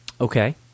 okay